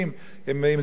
אם זה בתימן,